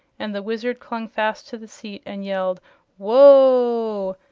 and the wizard clung fast to the seat and yelled whoa!